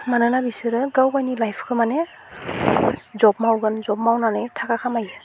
मानोना बिसोरो गाव गावनि लाइफखौ माने जब मावगोन जब मावनानै थाखा खामायो